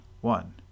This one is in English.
one